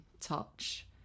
touch